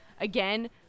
Again